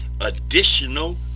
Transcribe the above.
additional